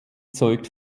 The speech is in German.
zeugt